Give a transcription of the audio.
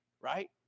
Right